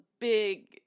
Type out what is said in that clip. big